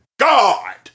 God